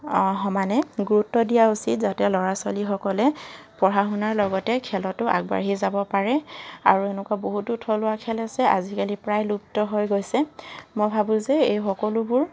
সমানে গুৰুত্ব দিয়া উচিত যাতে ল'ৰা ছোৱালীসকলে পঢ়া শুনাৰ লগতে খেলতো আগবাঢ়ি যাব পাৰে আৰু এনেকুৱা বহুতো থলুৱা খেল আছে আজিকালি প্ৰায় লুপ্ত হৈ গৈছে মই ভাবোঁ যে এই সকলোবোৰ